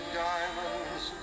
diamonds